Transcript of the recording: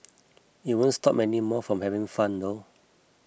it won't stop many more from having fun though